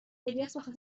الیاس، به